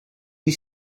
you